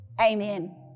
Amen